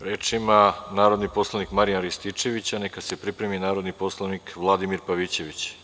Reč ima narodni poslanik Marijan Rističević, a neka se pripremi narodni poslanik Vladimir Pavićević.